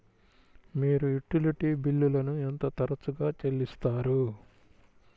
మీరు యుటిలిటీ బిల్లులను ఎంత తరచుగా చెల్లిస్తారు?